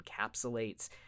encapsulates